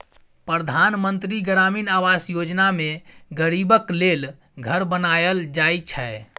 परधान मन्त्री ग्रामीण आबास योजना मे गरीबक लेल घर बनाएल जाइ छै